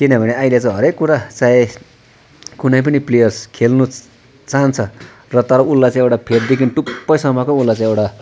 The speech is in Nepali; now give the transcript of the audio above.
किनभने अहिले चाहिँ हरेक कुरा चाहे कुनै पनि प्लेयर्स खेल्नु चाहन्छ र तर उसलाई चाहिँ एउटा फेददेखि टुप्पैसम्मको उसलाई चाहिँ एउटा